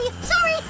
Sorry